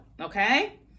Okay